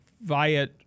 via